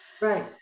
Right